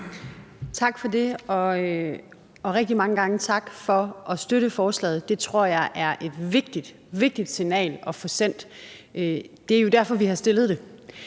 Tak for det. Og rigtig mange gange tak for at støtte forslaget. Det tror jeg er et vigtigt, vigtigt signal at få sendt, og det er jo derfor, vi har fremsat